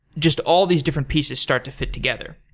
just all these different pieces start to fit together.